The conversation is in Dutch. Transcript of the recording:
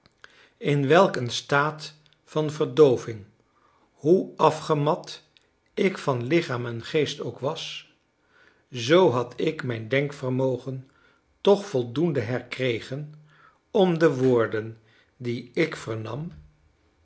in welk een staat van verdooving hoe afgemat ik van lichaam en geest ook was zoo had ik mijn denkvermogen toch voldoende herkregen om de woorden die ik vernam